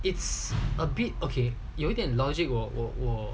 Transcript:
it's a bit okay 有点 logic 我我我